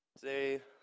Today